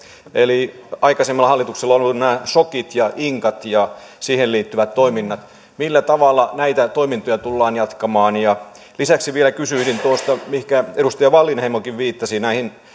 eli aikaisemmilla hallituksilla ovat olleet nämä shokit ja inkat ja niihin liittyvät toiminnat millä tavalla näitä toimintoja tullaan jatkamaan lisäksi vielä kysyisin tuosta mihinkä edustaja wallinheimokin viittasi näistä